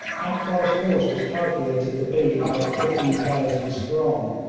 akbar's force was calculated to be about fifteen thousand strong,